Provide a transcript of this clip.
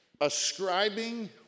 ascribing